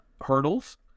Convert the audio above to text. hurdles